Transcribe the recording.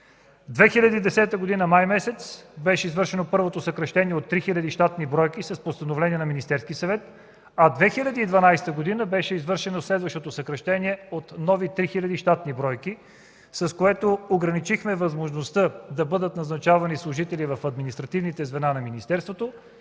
2010 г. май месец беше извършено първото съкращение от 3 хил. щатни бройки с постановление на Министерския съвет, а 2012 г. беше извършено следващото съкращение от нови 3 хил. щатни бройки, с което ограничихме възможността да бъдат назначавани служители в административните звена на министерството